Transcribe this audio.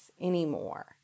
anymore